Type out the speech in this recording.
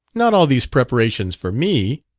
not all these preparations for me?